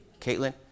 Caitlin